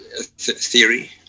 theory